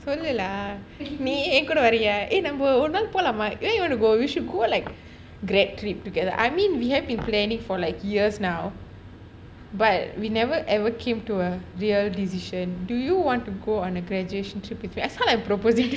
சொல்லு:solo lah நீ என்கூட வரியா:ni enkooda variya !hey! நம்ப ஒரு நாள் போலாமா:namba our naal polama where you want to go we should go like on a grad trip together I mean we have been planning for like years now but we never ever came to a real decision do you want to go on a graduation trip with me I sound like I am proposing to you